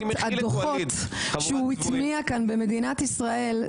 הדוחות שהוא התניע כאן במדינת ישראל,